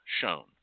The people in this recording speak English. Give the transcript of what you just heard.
shown